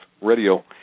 radio